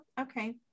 okay